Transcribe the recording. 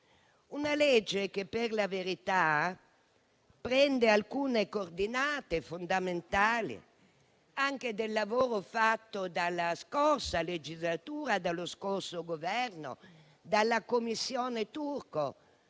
Una legge che, per la verità, recepisce alcune coordinate fondamentali derivate anche dal lavoro svolto nella scorsa legislatura dallo scorso Governo, nella Commissione Turco.